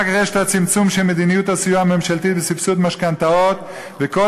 הצמצום של מדיניות הסיוע הממשלתי וצמצום משכנתאות על-ידי בנק ישראל.